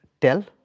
tell